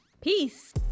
Peace